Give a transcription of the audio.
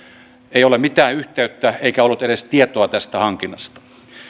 ei ole mitään yhteyttä eikä ollut edes tietoa tästä hankinnasta